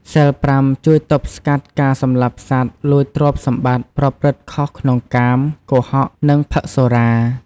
សីលប្រាំ ជួយទប់ស្កាត់ការសម្លាប់សត្វ លួចទ្រព្យសម្បត្តិ ប្រព្រឹត្តខុសក្នុងកាម កុហក និងផឹកសុរា។